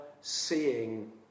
seeing